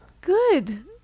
Good